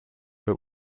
but